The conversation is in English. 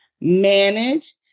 manage